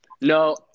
No